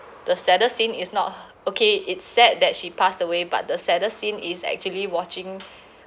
the saddest scene is not okay it sad that she passed away but the saddest scene is actually watching